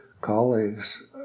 colleagues